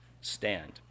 stand